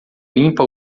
limpa